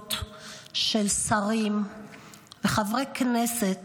מהתייחסויות של שרים וחברי כנסת